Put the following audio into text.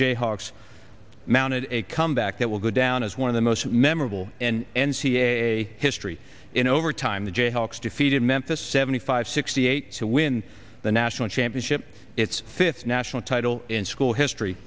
jayhawks mounted a comeback that will go down as one of the most memorable and n c a a history in overtime the jayhawks defeated memphis seventy five sixty eight to win the national championship its fifth national title in school history